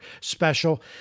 special